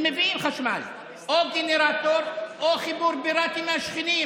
הם מביאים חשמל או גנרטור או חיבור פיראטי מהשכנים,